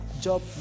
job